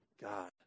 God